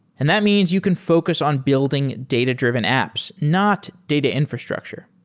and that means you can focus on building data-driven apps, not data infrastructure.